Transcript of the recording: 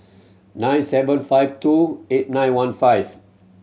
nine seven five two eight nine one five